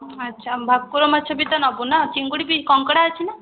ଆଛା ଭାକୁର ମାଛ ବି ତ ନେବୁ ନା ଚିଙ୍ଗୁଡ଼ି ବି କଙ୍କଡା ଅଛି ନା